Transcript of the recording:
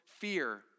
fear